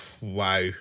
wow